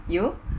you